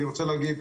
אני רוצה להגיד,